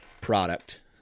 product